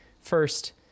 first